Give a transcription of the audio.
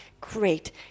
Great